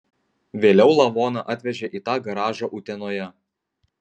vėliau lavoną atvežė į tą garažą utenoje